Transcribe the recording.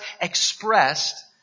expressed